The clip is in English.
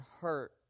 hurt